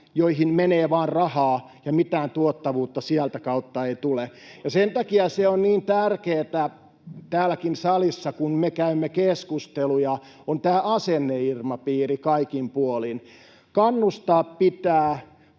joihin menee vain rahaa ja mitään tuottavuutta sieltä kautta ei tule. Sen takia niin tärkeätä, täälläkin salissa kun me käymme keskusteluja, on tämä asenneilmapiiri kaikin puolin: Kannustaa pitää